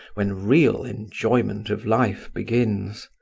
when real enjoyment of life begins.